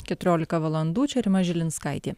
keturiolika valandų čia rima žilinskaitė